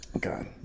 God